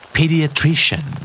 pediatrician